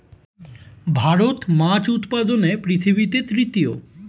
ভারত মাছ উৎপাদনে পৃথিবীতে তৃতীয়